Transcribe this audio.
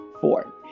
four